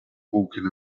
walking